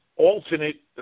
alternate